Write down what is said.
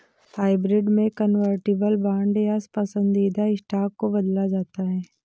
hybrid में convertible bond या पसंदीदा स्टॉक को बदला जाता है